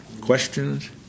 Questions